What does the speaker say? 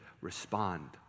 respond